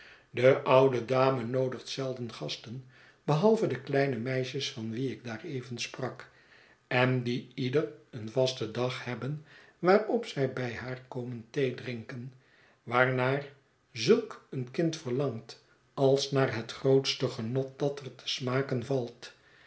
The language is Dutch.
de oude dame noodigt zelden gasten behalve de kleine meisjes van wie ik daareven sprak en die ieder een vasten dag hebben waarop zij bij haar komen theedrinken waarnaar zulk een kind verlangt als naar het grootste genot dat er te smaken valt